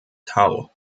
tau